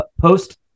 post